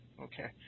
okay